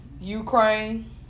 Ukraine